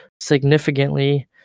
significantly